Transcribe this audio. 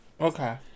Okay